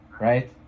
right